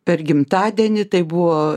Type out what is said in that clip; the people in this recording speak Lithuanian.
per gimtadienį tai buvo